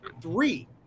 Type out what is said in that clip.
three